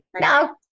no